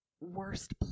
worst